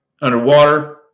underwater